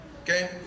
Okay